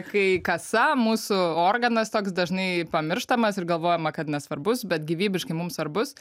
kai kasa mūsų organas toks dažnai pamirštamas ir galvojama kad nesvarbus bet gyvybiškai mums svarbus